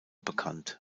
bekannt